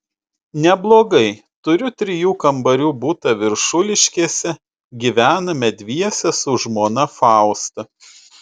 neblogai turiu trijų kambarių butą viršuliškėse gyvename dviese su žmona fausta